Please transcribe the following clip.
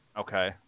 okay